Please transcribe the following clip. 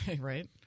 Right